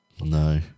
No